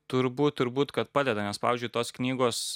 turbūt turbūt kad padeda nes pavyzdžiui tos knygos